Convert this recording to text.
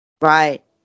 Right